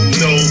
no